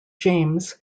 james